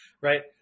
right